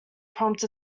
prompt